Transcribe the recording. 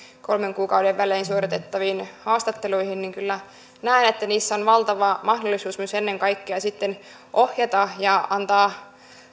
kolmen kuukauden välein suoritettaviin haastatteluihin kyllä näen että niissä on valtava mahdollisuus myös ennen kaikkea sitten ohjata ja antaa